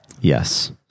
Yes